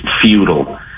futile